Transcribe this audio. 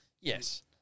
Yes